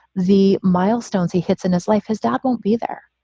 the milestones he hits in his life, his dad will be there.